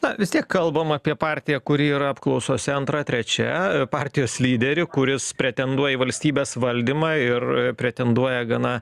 na vis tiek kalbam apie partiją kuri yra apklausose antra trečia partijos lyderį kuris pretenduoja į valstybės valdymą ir pretenduoja gana